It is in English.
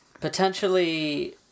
Potentially